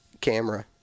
camera